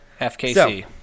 FKC